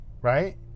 right